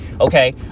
Okay